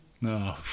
No